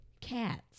cats